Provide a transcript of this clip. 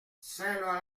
saint